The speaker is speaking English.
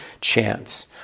chance